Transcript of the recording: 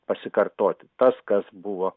pasikartoti tas kas buvo